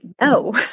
no